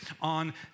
on